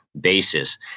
basis